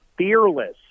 fearless